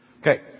Okay